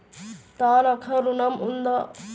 తనఖా ఋణం ఉందా?